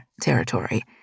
territory